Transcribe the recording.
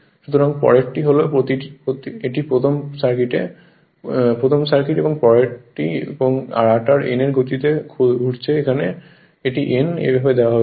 সুতরাং পরেরটি হল এটি প্রথম সার্কিট পরেরটি এবং রটারটি n এর গতিতে ঘুরছে এখানে এটি n এইভাবে দেওয়া হয়েছে